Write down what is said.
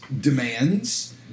demands